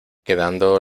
quedando